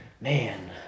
Man